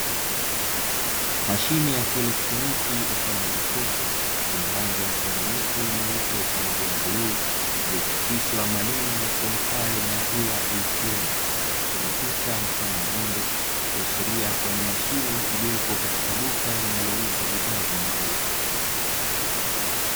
Mashine ya kielektroniki mfano wa jokofu lenye rangi mchanganyiko nyeupe pamoja na buluu, iliyochapishwa maneno yasomekayo maziwa eitiemu na kuchorwa picha mfano wa ng'ombe, ikiashiria kuwa ni mashine iliyopo katika duka linalouza bidhaa za maziwa.